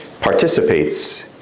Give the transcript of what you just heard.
participates